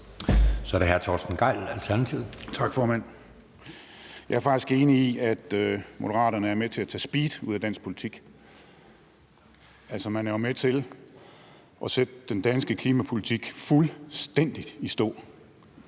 Kl. 11:09 Torsten Gejl (ALT): Tak, formand. Jeg er faktisk enig i, at Moderaterne er med til at tage speed ud af dansk politik. Altså, man er jo med til at sætte den danske klimapolitik fuldstændig i stå.